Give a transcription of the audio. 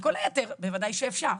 וכל היתר בוודאי שאפשר.